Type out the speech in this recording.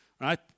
right